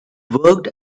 worked